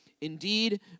Indeed